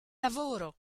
lavoro